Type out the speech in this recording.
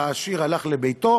העשיר הלך לביתו